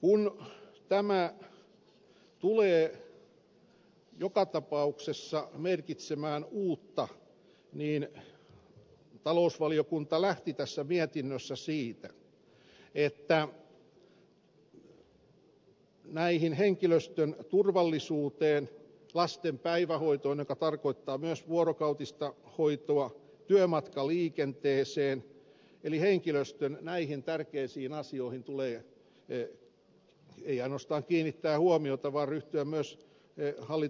kun tämä tulee joka tapauksessa merkitsemään uutta niin talousvaliokunta lähti tässä mietinnössä siitä että henkilöstön turvallisuuteen lasten päivähoitoon joka tarkoittaa myös vuorokautista hoitoa työmatkaliikenteeseen eli näihin henkilöstölle tärkeisiin asioihin tulee hallituksen ei ainoastaan kiinnittää huomiota vaan myös